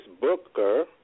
Booker